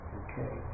okay